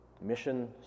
Mission